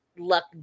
luck